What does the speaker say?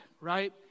right